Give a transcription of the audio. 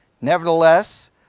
Nevertheless